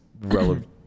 relevant